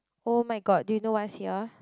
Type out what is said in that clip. [oh]-my-god do you know what is here